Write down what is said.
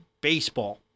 baseball